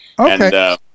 Okay